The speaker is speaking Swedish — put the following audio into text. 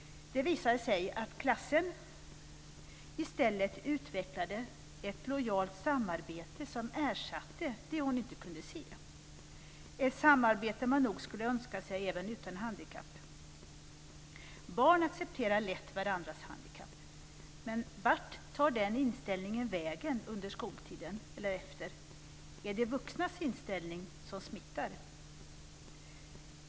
Det visade sig att klassen i stället utvecklade ett lojalt samarbete, som ersatte det hon inte kunde se - ett samarbete man nog skulle önska sig även utan handikapp. Barn accepterar alltså lätt varandras handikapp, men vart tar den inställningen vägen under skoltiden eller efter den? Är det vuxnas inställning som smittar?